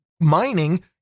mining